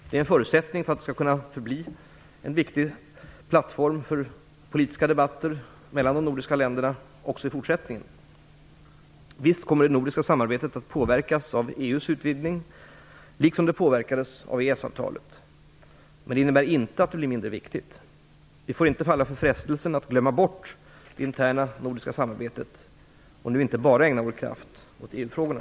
Det är en förutsättning för att det skall kunna förbli en viktig plattform för politiska debatter mellan de nordiska länderna också i fortsättningen. Visst kommer det nordiska samarbetet att påverkas av EU:s utvidgning, liksom det påverkades av EES-avtalet. Men det innebär inte att det blir mindre viktigt. Vi får inte falla för frestelsen att glömma bort det interna nordiska samarbetet, inte bara ägna vår kraft åt EU-frågorna.